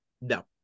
No